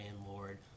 landlord